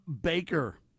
Baker